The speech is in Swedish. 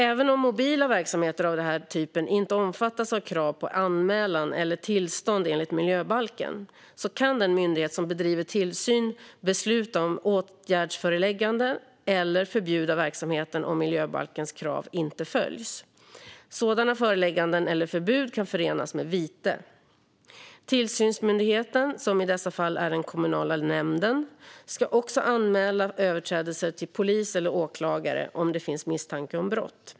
Även om mobila verksamheter av den här typen inte omfattas av krav på anmälan eller tillstånd enligt miljöbalken kan den myndighet som bedriver tillsyn besluta om åtgärdsförelägganden eller förbjuda verksamheten om miljöbalkens krav inte följs. Sådana förelägganden eller förbud kan förenas med vite. Tillsynsmyndigheten, som i dessa fall är den kommunala nämnden, ska också anmäla överträdelser till polis eller åklagare om det finns misstanke om brott.